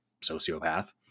sociopath